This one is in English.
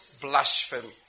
Blasphemy